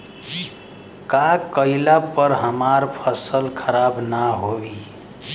का कइला पर हमार फसल खराब ना होयी?